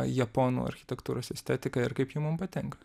japonų architektūros estetiką ir kaip ji mum patinka